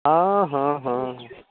हँ हँ हँ हँ